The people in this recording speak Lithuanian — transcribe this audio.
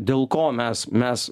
dėl ko mes mes